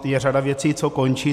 Je řada věcí, co končí.